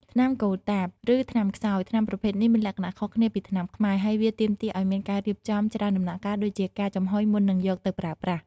ថ្នាំកូតាប ឬថ្នាំខ្សោយ ថ្នាំប្រភេទនេះមានលក្ខណៈខុសគ្នាពីថ្នាំខ្មែរ ហើយវាទាមទារឱ្យមានការរៀបចំច្រើនដំណាក់កាលដូចជាការចំហុយមុននឹងយកទៅប្រើប្រាស់។